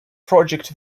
project